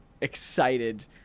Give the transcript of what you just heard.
excited